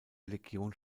legion